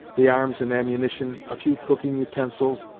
the arms and ammunition, a few cooking utensils,